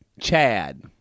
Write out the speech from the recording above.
Chad